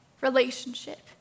relationship